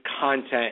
content